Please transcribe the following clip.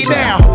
now